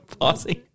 pausing